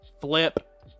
flip